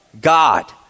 God